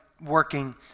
working